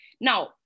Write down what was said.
Now